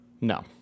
No